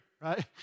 right